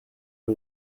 y’u